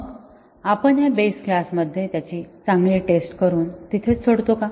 मग आपण बेस क्लासमध्ये त्याची चांगली टेस्ट करून तिथेच सोडतो का